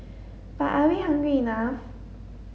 but are we hungry enough